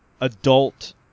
adult